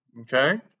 Okay